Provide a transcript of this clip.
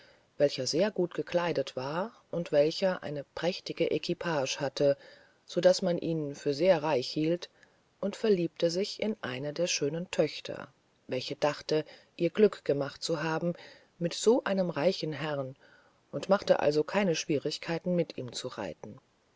welcher sehr gut gekleidet war und welcher eine prächtige equipage hatte so daß man ihn für sehr reich hielt und verliebte sich in eine der schönen töchter welche dachte ihr glück gemacht zu haben mit so einem reichen herrn und machte also keine schwierigkeit mit ihm zu reiten